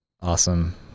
Awesome